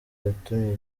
yatumye